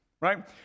right